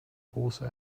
pose